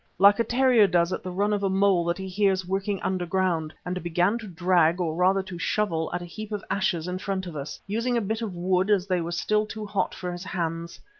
like a terrier does at the run of a mole that he hears working underground, and began to drag, or rather to shovel, at a heap of ashes in front of us, using a bit of wood as they were still too hot for his hands.